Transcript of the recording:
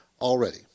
already